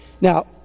Now